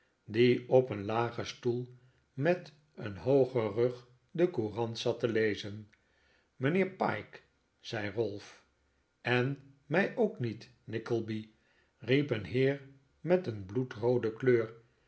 die op een lagen stoel met een loogen rug de courant zat te lezen mijnheer pyke zei ralph en mij ook niet nickleby riep een heer met een bloedroode kleur